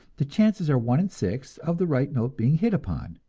the chances are one in six of the right note being hit upon.